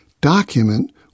document